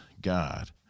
God